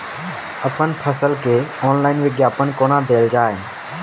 अप्पन फसल केँ ऑनलाइन विज्ञापन कोना देल जाए?